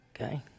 Okay